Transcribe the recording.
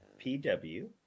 pw